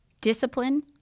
discipline